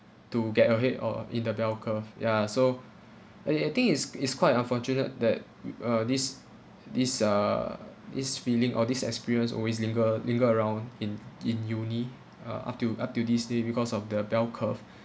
to get ahead or in the bell curve ya so I I I think is is quite unfortunate that uh this this uh this feeling or this experience always linger linger around in in uni ah up till up to this day because of the bell curve